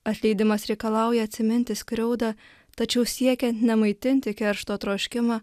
atleidimas reikalauja atsiminti skriaudą tačiau siekiant nemaitinti keršto troškimą